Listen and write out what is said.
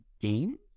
games